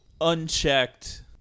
unchecked